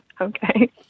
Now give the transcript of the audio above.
Okay